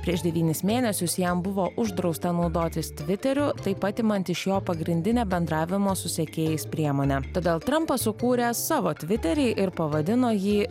prieš devynis mėnesius jam buvo uždrausta naudotis tviteriu taip atimant iš jo pagrindinę bendravimo su sekėjais priemonę todėl trampas sukūręs savo tviterį ir pavadino jį